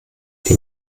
die